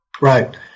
Right